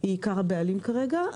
היא עיקר הבעלים כרגע.